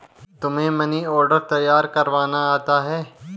तुम्हें money order तैयार करवाना आता है?